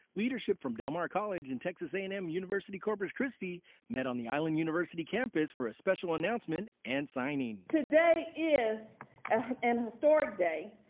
leadership from del mar college and texas a and m university-corpus christi met on the island university campus for a special announcement and signing. today is an historic day,